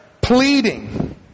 pleading